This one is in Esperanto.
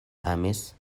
amis